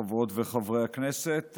חברות וחברי הכנסת,